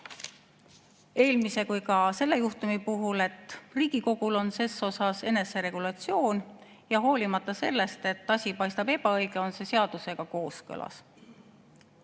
eelmise kui ka selle juhtumi puhul oli see, et Riigikogul on ses osas eneseregulatsioon ja hoolimata sellest, et asi paistab ebaõige, on see seadusega kooskõlas.